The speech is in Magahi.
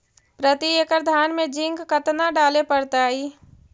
प्रती एकड़ धान मे जिंक कतना डाले पड़ताई?